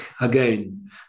again